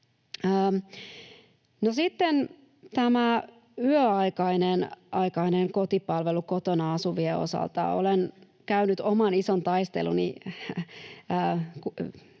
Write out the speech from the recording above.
sitten tämä yöaikainen kotipalvelu kotona asuvien osalta. Olen käynyt oman ison taisteluni